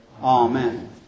Amen